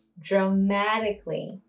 dramatically